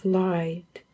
light